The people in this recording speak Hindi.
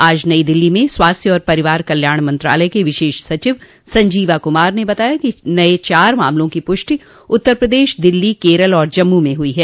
आज नई दिल्ली में स्वास्थ्य और परिवार कल्याण मंत्रालय के विशेष सचिव संजीवा कूमार ने बताया कि नये चार मामलों की प्रष्टि उत्तर प्रदेश दिल्ली केरल और जम्मू में हुई है